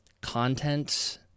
content